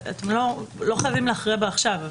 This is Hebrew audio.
ואתם לא חייבים להכריע בה עכשיו,